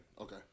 Okay